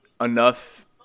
enough